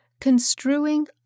construing